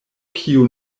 kiu